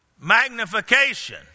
magnification